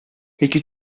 peki